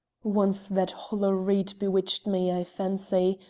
once that hollow reed bewitched me, i fancy,